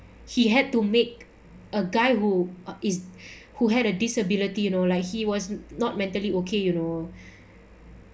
he had to make a guy who is who had a disability you know like he was not mentally okay you know